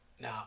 Now